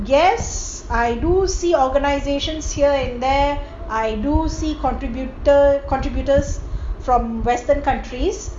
yes I do see organisations here and there I do see contributor contributors from western countries